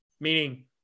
Meaning